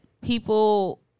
people